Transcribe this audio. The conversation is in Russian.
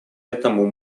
этому